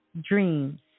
dreams